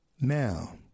Now